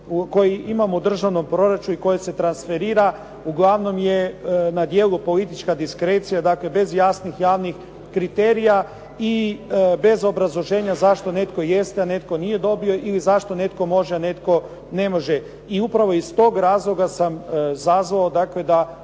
koji imamo u državnom proračunu i koji se transferira, uglavnom je na djelu politička diskrecija, dakle, bez jasnih, javnih kriterija i bez obrazloženja zašto netko jeste a netko nije dobio i zašto netko može a netko ne može. I upravo iz toga razloga sam …/Govornik se